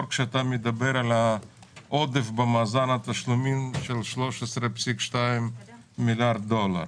כשאתה מדבר על עודף במאזן התשלומים של 13.2 מיליארד דולר.